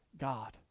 God